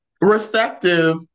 receptive